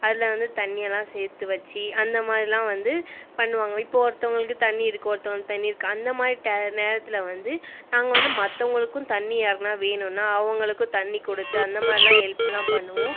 அதில் வந்து தண்ணியலாம் சேர்த்து வச்சு அந்தமாதிரில்லா வந்து பண்ணுவாங்கள் இப்போ ஒருத்தவங்களுக்கு தண்ணி இருக்குது ஒருத்தவங்களுக்கு தண்ணி இருக்குது அந்தமாதிரி டை நேரத்தில் வந்து நாங்கள் வந்து மற்றவங்களுக்கும் தண்ணி யாருக்குனா வேணும்னா அவங்களுக்கு தண்ணி கொடுத்து அந்தமாதிரில்லா ஹெல்ப்லாம் பண்ணுவோம்